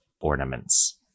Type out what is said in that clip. ornaments